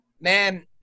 Man